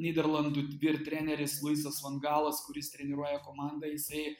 nyderlandų vyr treneris luisas van galas kuris treniruoja komandą isai